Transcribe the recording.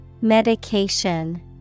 Medication